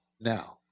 Now